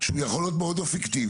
שהוא יכול להיות מאוד אפקטיבי,